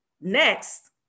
next